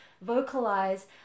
vocalize